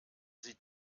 sie